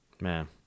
Man